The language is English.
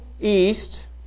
east